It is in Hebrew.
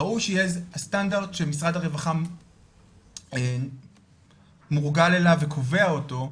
ראוי שיהיה הסטנדרט שמשרד הרווחה מורגל אליו וקובע אותו,